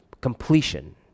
completion